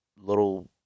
little